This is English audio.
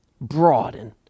broaden